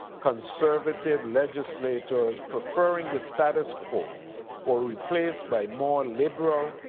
conservative legislators preferring the status quo were replaced by more liberal,